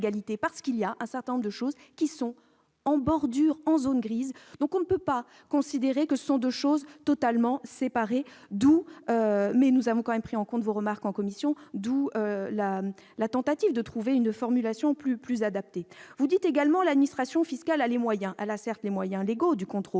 En effet, un certain nombre de choses sont en bordure, dans la zone grise. On ne peut donc pas considérer que ce sont deux choses totalement séparées. Cela étant, nous avons tout de même pris en compte vos remarques en commission, d'où notre tentative de trouver une formulation plus adaptée. Vous dites également que l'administration fiscale a les moyens. Elle dispose certes des moyens légaux du contrôle,